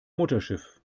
mutterschiff